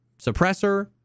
suppressor